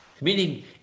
meaning